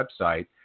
website